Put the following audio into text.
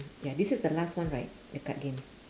ya this is the last one right the card games